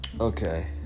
Okay